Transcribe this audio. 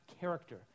character